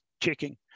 checking